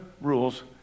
rules